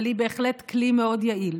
אבל היא בהחלט כלי מאוד יעיל.